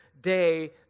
day